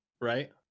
Right